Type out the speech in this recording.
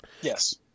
Yes